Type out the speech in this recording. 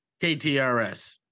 KTRS